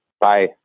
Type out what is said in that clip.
Bye